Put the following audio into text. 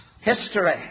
history